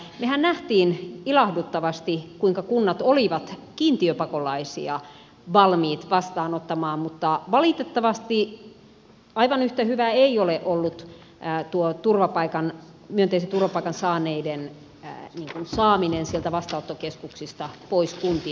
mehän näimme ilahduttavasti kuinka kunnat olivat kiintiöpakolaisia valmiit vastaanottamaan mutta valitettavasti aivan yhtä hyvä ei ole ollut tuo myönteisen turvapaikkapäätöksen saaneiden saaminen sieltä vastaanottokeskuksista pois kuntiin